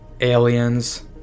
aliens